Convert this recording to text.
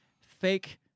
fake